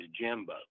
Jimbo